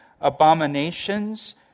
abominations